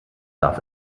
darf